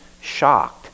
shocked